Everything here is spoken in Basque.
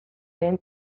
lehen